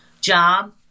job